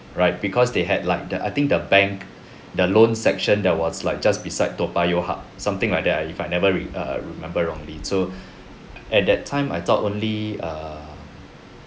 right because they had like the I think the bank the loan section that was like just beside toa payoh hub something like that uh if I never re~ err remember wrongly so at that time I thought only err